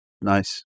Nice